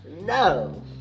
No